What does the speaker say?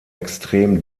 extrem